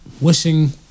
wishing